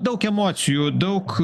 daug emocijų daug